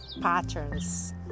patterns